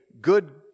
good